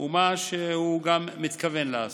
ומה שהוא מתכוון לעשות.